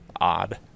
odd